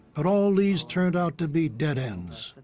but all leads turned out to be dead ends.